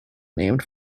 named